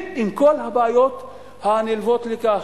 עם כל הבעיות הנלוות לכך: